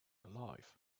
alive